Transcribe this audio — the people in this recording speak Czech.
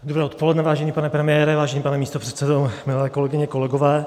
Dobré odpoledne, vážený pane premiére, vážený pane místopředsedo, milé kolegyně, kolegové.